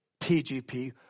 TGP